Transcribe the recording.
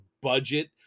budget